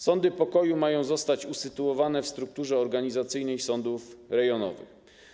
Sądy pokoju mają zostać usytuowane w strukturze organizacyjnej sądów rejonowych.